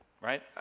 right